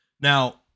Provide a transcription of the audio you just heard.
Now